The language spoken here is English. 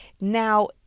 Now